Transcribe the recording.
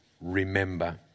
remember